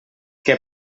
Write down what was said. que